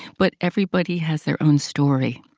but everybody has their own story.